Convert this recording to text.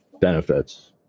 benefits